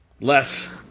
less